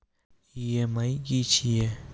EMI की छिये?